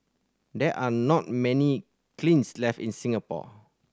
there are not many kilns left in Singapore